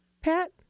Pat